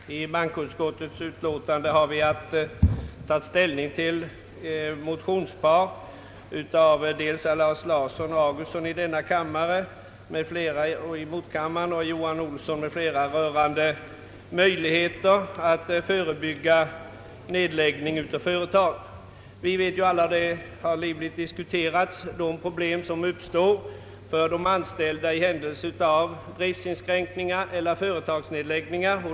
Herr talman! Bankoutskottet har i sitt utlåtande haft att ta ställning till bl.a. ett motionspar av herrar Lars Larsson och Augustsson i denna kammare och herr Hugosson m.fl. i medkammaren rörande möjligheter att förebygga nedläggning av företag. Man har som vi alla vet livligt diskuterat de problem som uppstår för de anställda i händelse av driftsinskränkningar eller företagsnedläggningar.